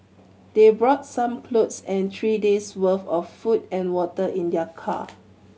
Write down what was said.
they brought some clothes and three days' worth of food and water in their car